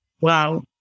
Wow